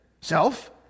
Self